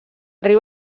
riu